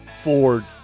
Ford